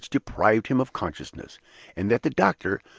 which deprived him of consciousness and that the doctor,